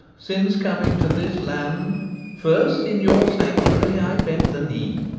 since coming to this land first in your sanctuary i bent the knee,